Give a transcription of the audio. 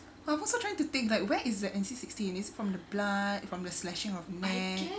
I'm also trying to think that where is the N_C sixteen is from the blood from the slashing of men